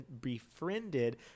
befriended